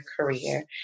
career